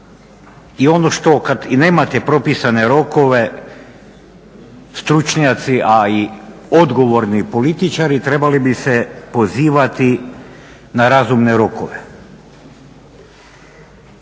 i ono što kada i nemate propisane rokove stručnjaci a i odgovorni političari trebali bi se pozivati na razumne rokove.